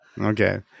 Okay